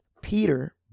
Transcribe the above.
Peter